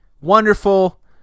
wonderful